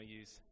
use